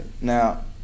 now